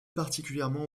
particulièrement